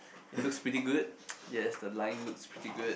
it looks pretty good yes the line looks pretty good